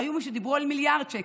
היו גם שדיברו על מיליארד שקל,